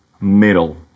middle